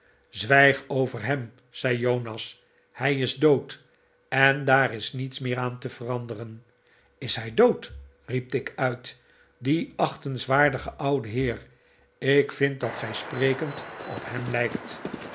zwijg oyer hem zei jonas hij is dood en daar is niets meer aan te veranderen is hij dood riep tigg uit die achtenswaardige oude heer ik vind dat gij sprekend op hem lijkt